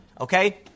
Okay